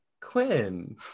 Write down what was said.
Quinn